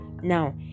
now